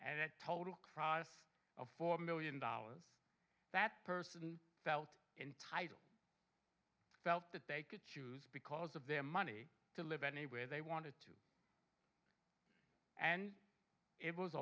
and that total cross of four million dollars that person felt entitled felt that they could choose because of their money to live anywhere they wanted to and it was